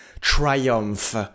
triumph